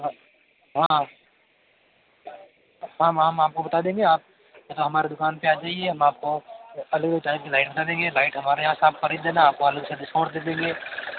हाँ हाँ हाँ हम आपको बता देंगे आप हमारे दुकान पे आ जाइए हम आपको अलग अलग टाइप की लाइट बता देंगे लाइट हमारे यहाँ से आप खरीद लेना आपको अलग से डिस्काउंट दे देंगे